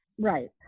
Right